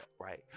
right